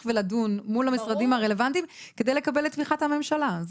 ולדון מול המשרדים הרלוונטיים כדי לקבל את תמיכת הממשלה.